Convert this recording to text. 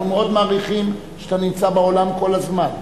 אנחנו מאוד מעריכים שאתה נמצא באולם כל הזמן,